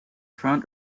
front